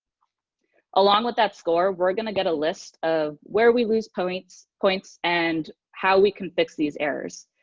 along with that score, we're going to get a list of where we lose points points and how we can fix these errors.